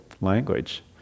language